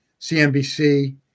CNBC